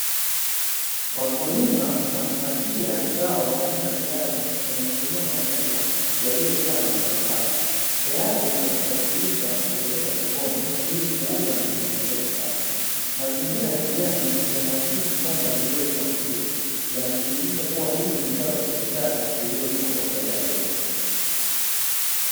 Wakulima wanapakia zao aina za viazi kwenye magunia makubwa yaliyo jaa mazao haya, tayari kwa kusafirisha kupeleka sokoni ili kuuza na kujipatia kipato, mazingira ya kijani yanaakisi shamba lililo limwa vizuri yana dhibitisha hili ni zao la biashara lililolimwa kwa faida kubwa.